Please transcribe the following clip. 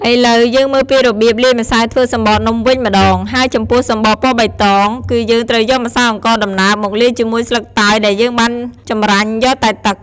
ឥឡូវ យើងមើលពីរបៀបលាយម្សៅធ្វើសំបកនំវិញម្តង ហើយចំពោះសំបកពណ៌បៃតង គឺយើងត្រូវយកម្សៅអង្ករដំណើប មកលាយជាមួយស្លឹកតើយដែលយើងបានចម្រាញ់យកតែទឹក។